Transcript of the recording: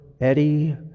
Eddie